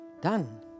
Done